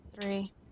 three